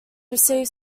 received